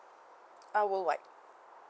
uh worldwide